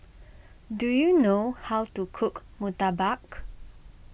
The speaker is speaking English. do you know how to cook Murtabak